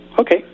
Okay